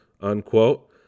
unquote